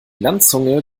landzunge